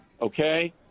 okay